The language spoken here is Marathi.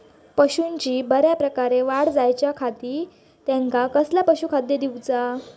पशूंची बऱ्या प्रकारे वाढ जायच्या खाती त्यांका कसला पशुखाद्य दिऊचा?